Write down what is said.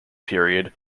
period